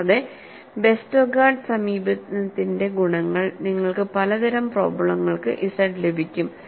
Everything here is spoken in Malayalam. കൂടാതെ വെസ്റ്റർഗാർഡ് സമീപനത്തിന്റെ ഗുണങ്ങൾ നിങ്ങൾക്ക് പലതരം പ്രോബ്ലെങ്ങൾക്ക് ഇസഡ് ലഭിക്കും